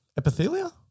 Epithelia